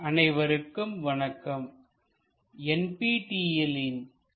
orthographic projection I பகுதி 9 அனைவருக்கும் வணக்கம்